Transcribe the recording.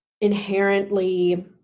inherently